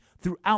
throughout